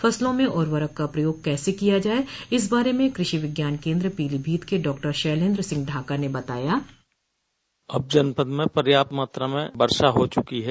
फसलों में उर्वरक का प्रयोग कैसे किया जाये इस बारे में कृषि विज्ञान केन्द्र पीलीभीत के डॉक्टर शैलेन्द्र सिंह ढाका ने बताया बाइट अब जनपद में पर्याप्त मात्रा में वर्षा हो चुकी है